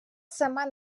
сама